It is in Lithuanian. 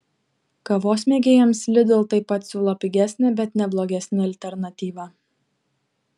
kavos mėgėjams lidl taip pat siūlo pigesnę bet ne blogesnę alternatyvą